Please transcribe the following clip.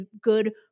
good